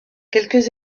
quelques